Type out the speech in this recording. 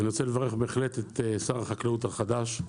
אני רוצה לברך את שר החקלאות החדש-ישן,